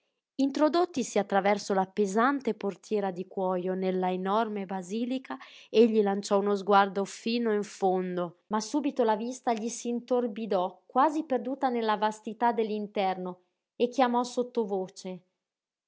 introdottisi attraverso la pesante portiera di cuojo nella enorme basilica egli lanciò uno sguardo fino in fondo ma subito la vista gli s'intorbidò quasi perduta nella vastità dell'interno e chiamò sottovoce